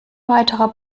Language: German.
weiterer